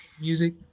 music